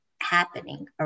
happening